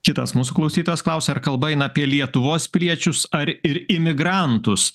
kitas mūsų klausytojas klausia ar kalba eina apie lietuvos piliečius ar ir imigrantus